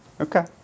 Okay